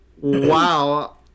Wow